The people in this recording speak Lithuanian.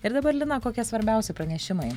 ir dabar lina kokie svarbiausi pranešimai